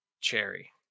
Cherry